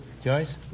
Joyce